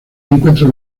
encuentra